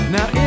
Now